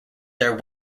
their